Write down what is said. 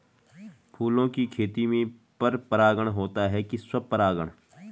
फूलों की खेती में पर परागण होता है कि स्वपरागण?